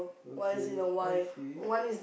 okay I see